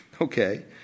okay